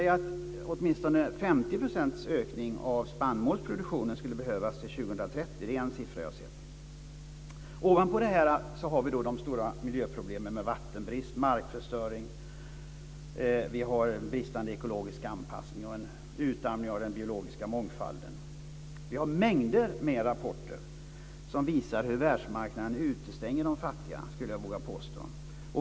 En åtminstone 50-procentig ökning av spannmålsproduktionen skulle behövas till 2030. Ovanpå detta har vi de stora miljöproblemen, vattenbrist, markförstöring, bristande ekologisk anpassning, utarmning av den biologiska mångfalden. Det finns mängder av rapporter som visar hur världsmarknaden utestänger de fattiga länderna, vill jag påstå.